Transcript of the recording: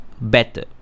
better